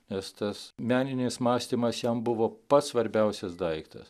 nes tas meninis mąstymas jam buvo pats svarbiausias daiktas